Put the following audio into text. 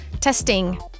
testing